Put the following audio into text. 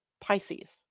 Pisces